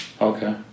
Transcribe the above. Okay